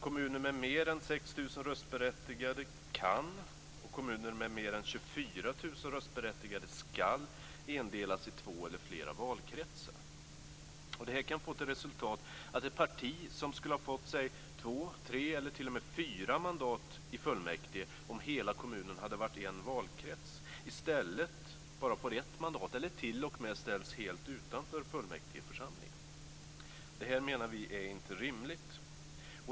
Kommuner med mer än 6 000 röstberättigade kan och kommuner med mer än 24 000 röstberättigade skall indelas i två eller flera valkretsar. Det kan få till resultat att ett parti som skulle ha fått två tre eller t.o.m. fyra mandat i fullmäktige om hela kommunen hade varit en valkrets i stället bara får ett mandat eller t.o.m. ställs helt utanför fullmäktigeförsamlingen. Det här menar vi inte är rimligt.